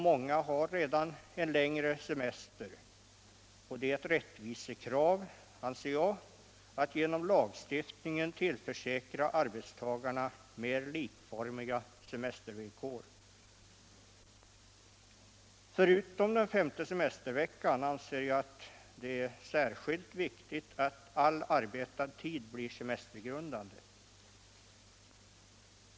Många har redan en längre semester, och det är ett rättvisekrav, tycker jag, att arbetstagarna genom lagstiftning tillförsäkras mer likformiga semestervillkor. Förutom att en femte semestervecka införs anser jag det vara särskilt viktigt att all arbetad tid blir semestergrundande.